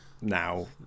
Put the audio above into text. now